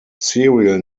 serial